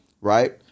right